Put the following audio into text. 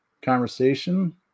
conversation